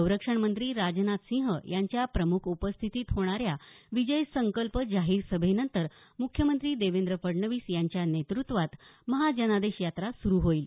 संरक्षणमंत्री राजनाथसिंह यांच्या प्रमुख उपस्थितीत होणाऱ्या विजय संकल्प जाहीर सभेनंतर मुख्यमंत्री देवेंद्र फडणवीस यांच्या नेतृत्वात महाजनादेश यात्रा सुरू होईल